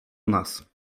nas